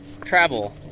travel